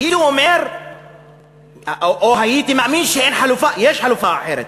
יש חלופה אחרת,